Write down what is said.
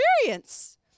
experience